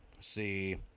see